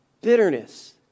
Bitterness